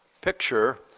picture